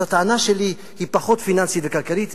אז הטענה שלי היא פחות פיננסית וכלכלית,